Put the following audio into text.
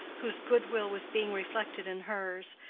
whose good will was being reflected in hers,